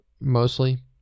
mostly